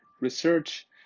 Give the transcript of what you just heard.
research